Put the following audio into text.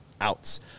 outs